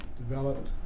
developed